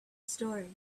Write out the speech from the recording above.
story